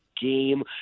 Game